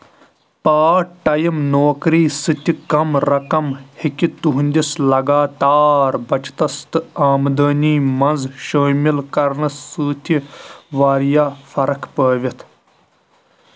part time نوکری سۭتہِ کم رقم ہیكہِ تُہٕنٛدس لگاتار بچتس تہٕ آمدٲنی منٛز شٲمِل كرنہٕ سۭتہِ وارِیاہ فرق پٲوِتھ